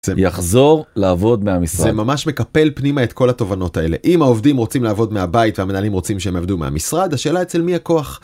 אז אני יחזור לעבוד מהמשרד. זה ממש מקפל פנימה את כל התובנות האלה, אם העובדים רוצים לעבוד מהבית והמנהלים רוצים שהם יעבדו מהמשרד השאלה אצל מי הכוח.